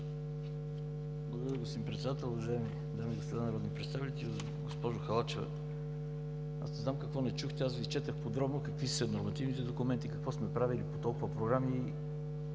Ви, господин Председател. Уважаеми дами и господа народни представители! Госпожо Халачева, не знам какво не чухте, но аз Ви изчетох подробно какви са нормативните документи, какво сме правили по толкова програми и,